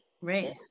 Right